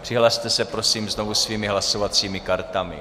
Přihlaste se prosím znovu svými hlasovacími kartami.